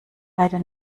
leider